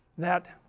that